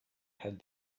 had